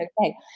okay